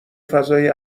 فضای